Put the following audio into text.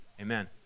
Amen